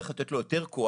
צריך לתת לו יותר כוח,